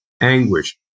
anguish